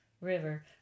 River